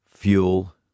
Fuel